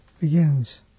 begins